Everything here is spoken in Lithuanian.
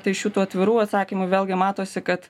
tai iš jų tų atvirų atsakymų vėlgi matosi kad